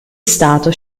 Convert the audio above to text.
stato